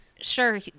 sure